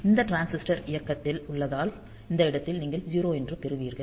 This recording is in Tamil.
இந்த டிரான்சிஸ்டர் இயக்கத்தில் உள்ளதால் இந்த இடத்தில் நீங்கள் 0 என்று பெறுவீர்கள்